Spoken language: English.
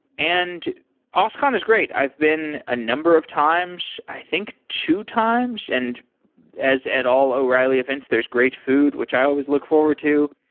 and oscon is great. i've been a number of times. i think two times, and as at all o'reilly events, there's great food, which i always look forward to.